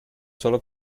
solo